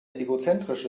egozentrische